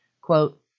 Quote